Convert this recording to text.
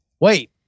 Wait